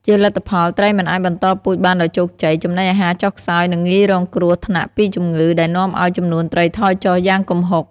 ជាលទ្ធផល ត្រីមិនអាចបន្តពូជបានដោយជោគជ័យ ចំណីអាហារចុះខ្សោយ និងងាយរងគ្រោះថ្នាក់ពីជំងឺ ដែលនាំឱ្យចំនួនត្រីថយចុះយ៉ាងគំហុក។